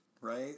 Right